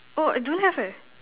oh I don't have eh